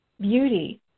beauty